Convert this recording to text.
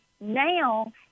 now